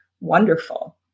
wonderful